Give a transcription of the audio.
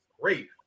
great